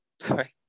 Sorry